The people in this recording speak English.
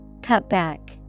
Cutback